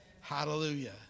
Hallelujah